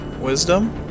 Wisdom